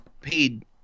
paid